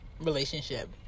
relationship